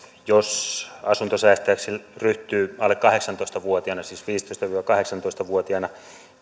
jos asuntosäästäjäksi ryhtyy alle kahdeksantoista vuotiaana siis viisitoista viiva kahdeksantoista vuotiaana